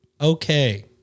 Okay